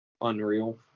Unreal